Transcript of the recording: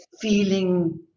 feeling